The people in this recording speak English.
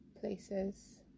places